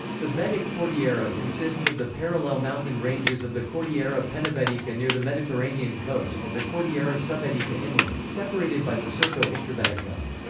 the baetic cordillera consists of the parallel mountain ranges of the cordillera penibetica near the mediterranean coast and the cordillera subbetica inland, separated by the surco intrabetico.